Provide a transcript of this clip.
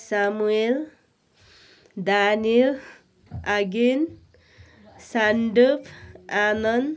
Samuel Daniel आगेन सान्डुप आनन्द